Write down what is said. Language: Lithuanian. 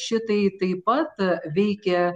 šitai taip pat veikė